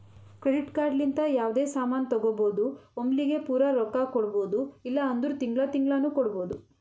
credit card ಲಿಂತ ಯಾವ್ದೇ ಸಾಮಾನ್ ತಗೋಬೋದು ಒಮ್ಲಿಗೆ ಪೂರಾ ರೊಕ್ಕಾ ಕೊಡ್ಬೋದು ಇಲ್ಲ ಅಂದುರ್ ತಿಂಗಳಾ ತಿಂಗಳಾನು ಕೊಡ್ಬೋದು